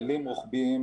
רוחביים.